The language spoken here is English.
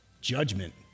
Judgment